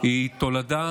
היא תולדה